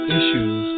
issues